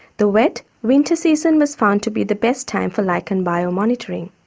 the wet winter season was found to be the best time for lichen biomonitoring.